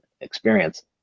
experience